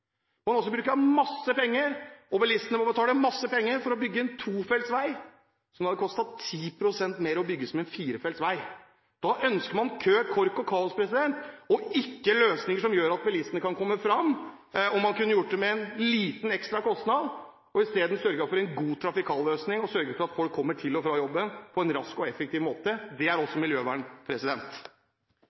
bygge en tofeltsvei som det hadde kostet 10 pst. mer å bygge som en firefeltsvei. Da ønsker man kø, kork og kaos og ikke løsninger som gjør at bilistene kan komme fram. Man kunne gjort det med en liten ekstra kostnad og slik sørget for en god trafikal løsning og sørget for at folk kom til og fra jobben på en rask og effektiv måte. Det er også miljøvern.